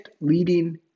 leading